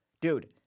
Dude